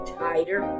tighter